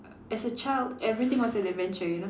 as a child everything was an adventure you know